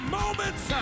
moments